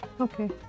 Okay